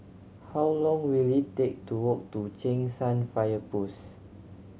how long will it take to walk to Cheng San Fire Post